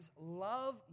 love